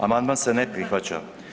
Amandman se ne prihvaća.